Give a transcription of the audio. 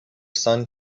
son